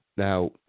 Now